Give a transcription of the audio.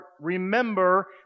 remember